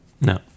No